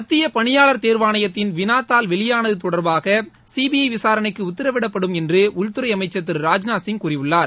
மத்திய பணியாளர் தேர்வாணையத்தின் விளாத்தாள் வெளியானது தொடர்பாக சிபிஐ விசாரணைக்கு உத்தரவிடப்படும் என்று உள்துறை அமைச்சர் திரு ராஜ்நாத் சிங் கூறியுள்ளார்